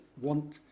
want